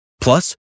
Plus